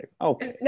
okay